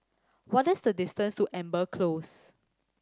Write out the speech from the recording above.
what is the distance to Amber Close